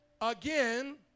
again